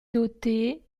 doté